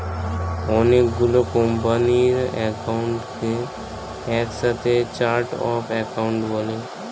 অনেক গুলো কোম্পানির অ্যাকাউন্টকে একসাথে চার্ট অফ অ্যাকাউন্ট বলে